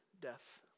death